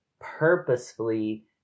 purposefully